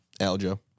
Aljo